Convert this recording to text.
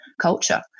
culture